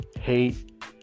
hate